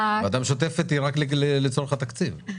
וועדה משותפת היא רק לצורך התקציב.